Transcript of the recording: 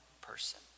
person